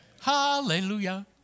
Hallelujah